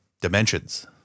dimensions